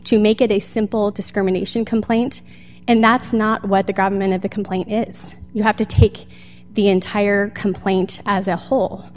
to make it a simple discrimination complaint and that's not what the government of the complaint is you have to take the entire complaint as a whole